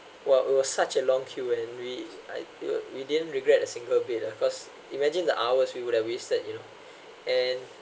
while we were such a long queue and we I we were we didn't regret a single bit lah cause imagine the hours we would have wasted you know and